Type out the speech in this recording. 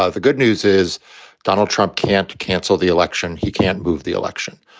ah the good news is donald trump can't cancel the election. he can't move the election.